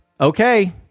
okay